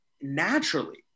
naturally